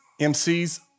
MCs